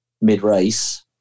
mid-race